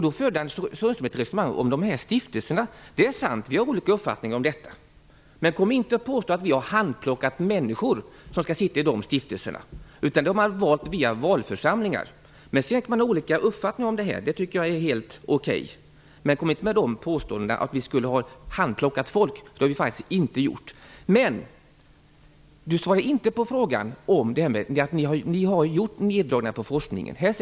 Då förde Anders Sundström ett resonemang om dessa stiftelser. Det är sant att vi har olika uppfattningar om detta. Men kom inte och påstå att vi har handplockat människor som skall sitta i dessa stiftelser! De är valda via valförsamlingar. Sedan kan man ha olika uppfattningar om detta. Det är helt okej. Men kom inte och påstå att vi skulle ha handplockat folk! Det har vi faktiskt inte gjort. Anders Sundström svarar inte på frågan om att ni har gjort nerdragningar på forskningen.